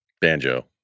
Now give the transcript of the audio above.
Banjo